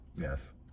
Yes